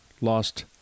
lost